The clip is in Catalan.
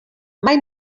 mai